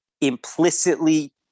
implicitly